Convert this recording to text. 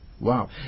Wow